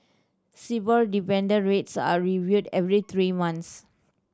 Sibor dependent rates are reviewed every three months